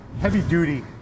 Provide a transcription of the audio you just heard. heavy-duty